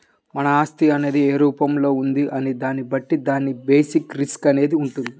మన ఆస్తి అనేది ఏ రూపంలో ఉన్నది అనే దాన్ని బట్టి దాని బేసిస్ రిస్క్ అనేది వుంటది